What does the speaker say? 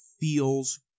feels